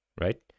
right